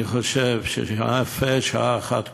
אני חושב שיפה שעה אחת קודם,